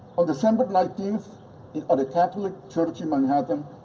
december nineteenth at a catholic church in manhattan,